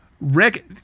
Rick